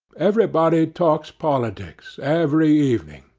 everybody talks politics, every evening,